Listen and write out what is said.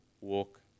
walk